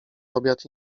obiad